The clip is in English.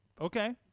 Okay